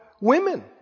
Women